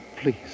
Please